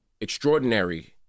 extraordinary